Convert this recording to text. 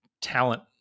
talent